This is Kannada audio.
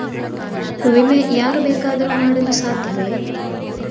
ವಿಮೆ ಯಾರು ಬೇಕಾದರೂ ಮಾಡಲು ಸಾಧ್ಯವೇ?